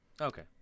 Okay